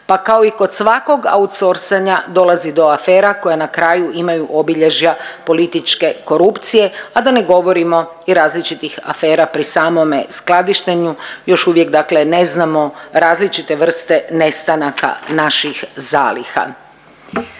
pa kao kod svakog outsourcinga dolazi do afera koja na kraju imaju obilježja političke korupcije, a da ne govorimo i različitih afera pri samome skladištenju još uvijek dakle ne znamo različite vrste nestanaka naših zaliha.